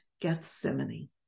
Gethsemane